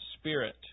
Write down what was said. Spirit